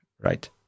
right